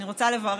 אני רוצה לברך